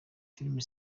filime